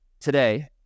today